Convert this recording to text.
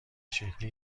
شکلی